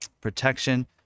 protection